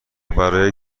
برای